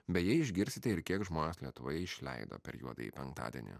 beje išgirsite ir kiek žmonės lietuvoje išleido per juodąjį penktadienį